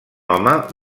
home